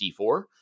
D4